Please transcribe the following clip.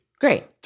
Great